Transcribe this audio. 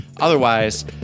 Otherwise